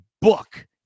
book